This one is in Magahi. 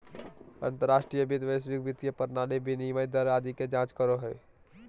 अंतर्राष्ट्रीय वित्त वैश्विक वित्तीय प्रणाली, विनिमय दर आदि के जांच करो हय